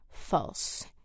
false